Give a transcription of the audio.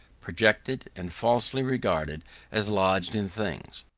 projected and falsely regarded as lodged in things.